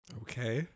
okay